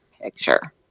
picture